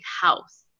house